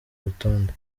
rutonde